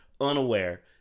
unaware